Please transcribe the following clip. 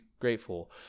grateful